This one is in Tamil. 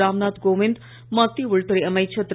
ராம்நாத் கோவிந்த் மத்திய உள்துறை அமைச்சர் திரு